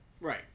Right